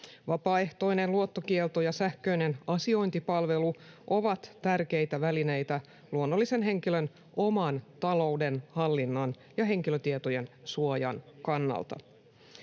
Vapaaehtoinen luottokielto ja sähköinen asiointipalvelu ovat tärkeitä välineitä luonnollisen henkilön oman talouden hallinnan ja henkilötietojen suojan kannalta.